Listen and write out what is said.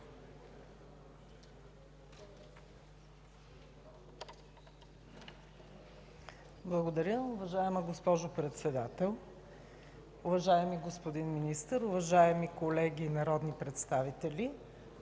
Благодаря. Уважаема госпожо Председател, уважаеми господин Министър, уважаеми колеги народни представители!